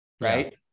Right